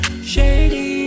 shady